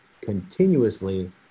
continuously